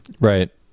Right